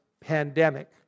pandemic